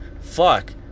fuck